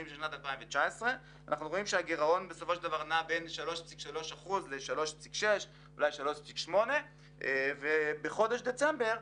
של שנת 2019. אנחנו רואים שהגירעון הוא 3.3% 3.6%. בחודש דצמבר,